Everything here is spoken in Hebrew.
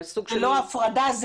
זאת לא הפרדה.